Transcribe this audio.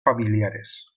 familiares